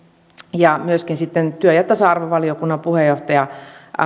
ja myöskin sitten työelämä ja tasa arvovaliokunnan puheenjohtaja